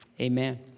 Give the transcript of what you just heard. amen